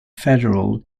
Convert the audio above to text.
federal